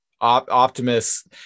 Optimus